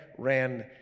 ran